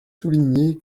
souligner